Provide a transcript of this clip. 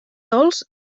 dolç